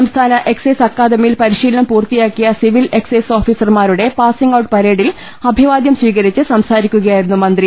സംസ്ഥാന എക്സൈസ് അക്കാദ മിയിൽ പരിശീലനം പൂർത്തിയാക്കിയ സിവിൽ എക്സൈസ് ഓഫീസർമാരുടെ പാസിങ്ഔട്ട് പരേഡിൽ അഭിവാദ്യം സ്വീകരിച്ച് സംസാരിക്കുകയായിരുന്നു മന്ത്രി